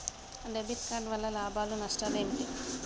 Debit card వల్ల లాభాలు నష్టాలు ఏమిటి?